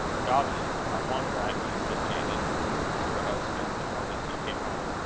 dawvid, i wonner at ye, said janet to her husband, the moment he came home,